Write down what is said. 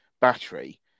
battery